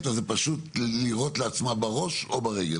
אז זה פשוט לירות לעצמה בראש או ברגל,